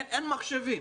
אין מחשבים.